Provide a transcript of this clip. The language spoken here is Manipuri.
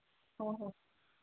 ꯑ